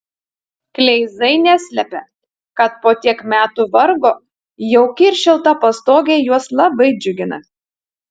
kleizai neslepia kad po tiek metų vargo jauki ir šilta pastogė juos labai džiugina